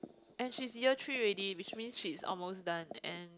and she's year three already which means she is almost done and